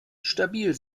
stabil